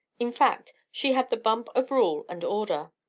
in fact, she had the bump of rule and order,